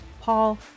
Paul